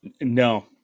no